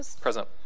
Present